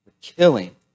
killing